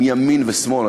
מימין ומשמאל,